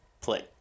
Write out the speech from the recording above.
play